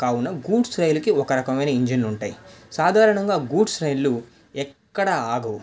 కావున గూడ్స్ రైలుకి ఒక రకమైన ఇంజన్లుంటాయి సాధారణంగా గూడ్స్ రైలు ఎక్కడ ఆగవు